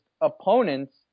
opponents